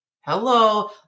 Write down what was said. Hello